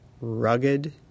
rugged